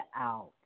out